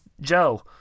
Joe